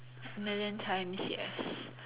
million times yes